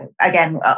again